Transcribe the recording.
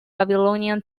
babylonian